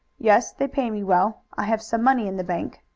yes, they pay me well. i have some money in the bank.